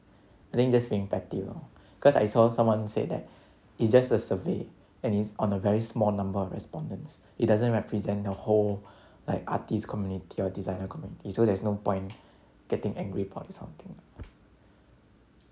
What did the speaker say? I think just being petty lor cause I saw someone said that it's just a survey and it's on a very small number of respondents it doesn't represent the whole like artists community or designer community so there is no point getting angry something